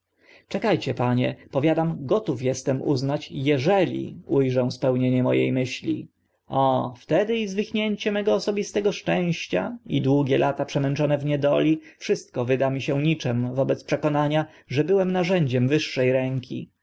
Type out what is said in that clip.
cie panie powiadam gotów estem uznać jeżeli u rzę spełnienie mo e myśli o wtedy i zwichnięcie mego osobistego szczęścia i długie lata przemęczone w niedoli wszystko wyda mi się niczym wobec przekonania że byłem narzędziem wyższe ręki